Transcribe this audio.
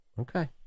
Okay